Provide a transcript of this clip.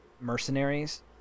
mercenaries